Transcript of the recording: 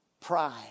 pride